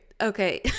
okay